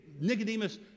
Nicodemus